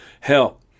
help